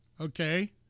Okay